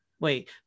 Wait